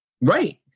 Right